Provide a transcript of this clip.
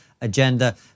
agenda